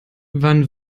wann